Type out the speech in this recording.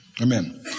Amen